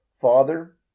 Father